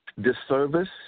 disservice